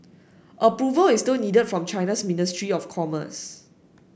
approval is still needed from China's ministry of commerce